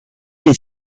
des